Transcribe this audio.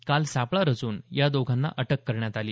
काल सापळा रचून या दोघांना अटक करण्यात आली